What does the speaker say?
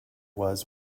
was